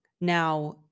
Now